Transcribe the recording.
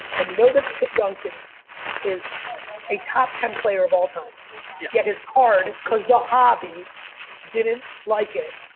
and you know that tim duncan is a top ten player of all time yeah yet his card, cause the hobby didn't like it,